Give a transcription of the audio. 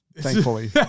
Thankfully